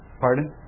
Pardon